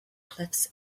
cliffs